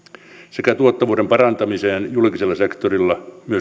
sekä tuottavuuden parantamiseen julkisella sektorilla